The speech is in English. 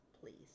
please